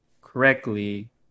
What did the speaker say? correctly